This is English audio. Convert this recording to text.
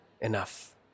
enough